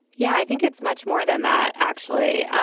yeah, i think it's much more than that, actually.